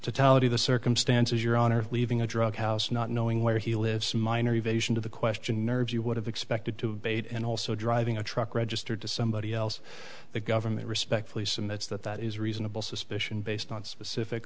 to tally the circumstances your honor of leaving a drug house not knowing where he lives minor revision to the question nerves you would have expected to bait and also driving a truck registered to somebody else the government respectfully submit that that is reasonable suspicion based on specific